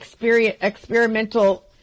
experimental